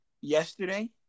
yesterday